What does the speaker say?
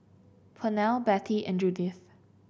Pernell Betty and Judyth